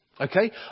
Okay